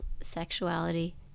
sexuality